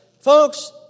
Folks